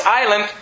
island